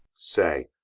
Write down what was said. say,